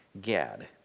Gad